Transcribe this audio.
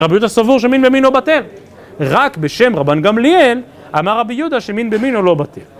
רבי יהודה סבור שמין במינו בטל, רק בשם רבן גמליאל אמר רבי יהודה שמין במינו לא בטל